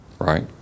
Right